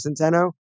Centeno